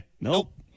Nope